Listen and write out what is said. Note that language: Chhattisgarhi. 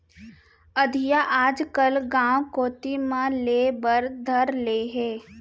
अधिया आजकल गॉंव कोती म लेय बर धर ले हें